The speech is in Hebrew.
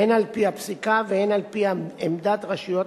הן על-פי הפסיקה והן על-פי עמדת רשויות